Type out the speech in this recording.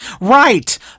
Right